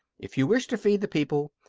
if you wish to feed the people,